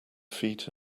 feet